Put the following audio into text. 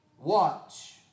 watch